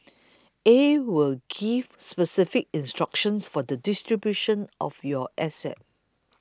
a will gives specific instructions for the distribution of your assets